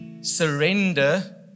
surrender